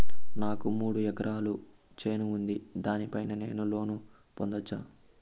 నాకు మూడు ఎకరాలు చేను ఉంది, దాని పైన నేను లోను పొందొచ్చా?